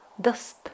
dust